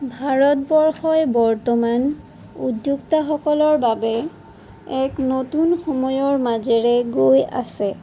ভাৰতবৰ্ষই বৰ্তমান উদ্যোক্তাসকলৰ বাবে এক নতুন সময়ৰ মাজেৰে গৈ আছে